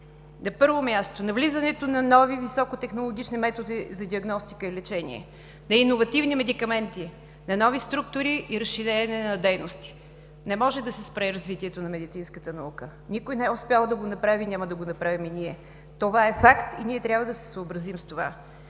На първо място, навлизането на нови високотехнологични методи за диагностика и лечение, на иновативни медикаменти, на нови структури и разширение на дейности. Не може да се спре развитието на медицинската наука. Никой не е успял да го направи, няма да го направим и ние. Това е факт и ние трябва да се съобразим с него.